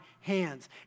hands